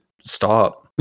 stop